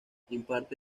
imparte